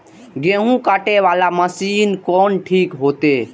गेहूं कटे वाला मशीन कोन ठीक होते?